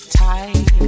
tight